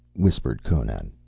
whispered conan,